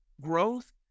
growth